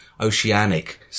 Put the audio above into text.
oceanic